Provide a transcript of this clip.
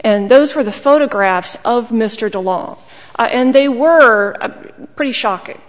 and those were the photographs of mr de long and they were pretty shocking